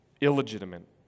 illegitimate